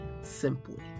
simply